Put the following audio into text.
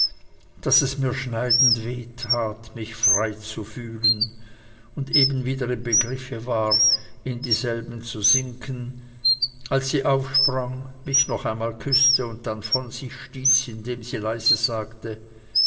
daß es mir schneidend weh tat mich frei zu fühlen und eben wieder im begriffe war in dieselben zu sinken als sie aufsprang mich noch einmal küßte und dann von sich stieß indem sie leise sagte